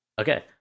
Okay